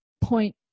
point